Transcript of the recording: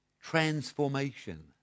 transformation